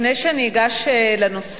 לפני שאני אגש לנושא,